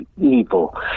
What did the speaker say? evil